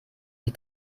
die